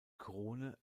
krone